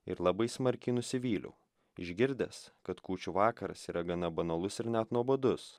ir labai smarkiai nusivyliau išgirdęs kad kūčių vakaras yra gana banalus ir net nuobodus